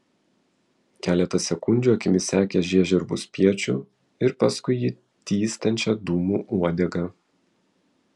keletą sekundžių akimis sekė žiežirbų spiečių ir paskui jį tįstančią dūmų uodegą